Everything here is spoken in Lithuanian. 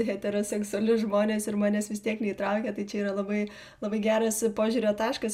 heteroseksualius žmones ir manęs vis tiek neįtraukė tai čia yra labai labai geras požiūrio taškas